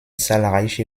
zahlreiche